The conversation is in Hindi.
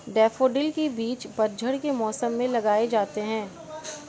डैफ़ोडिल के बीज पतझड़ के मौसम में लगाए जाते हैं